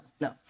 no